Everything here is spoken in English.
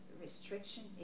restriction